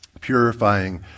purifying